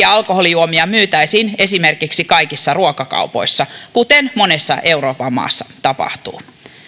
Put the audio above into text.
alkoholijuomia myytäisiin esimerkiksi kaikissa ruokakaupoissa kuten monessa euroopan maassa tapahtuu